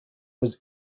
was